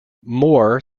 moore